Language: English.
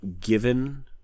given